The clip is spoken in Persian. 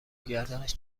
گردنش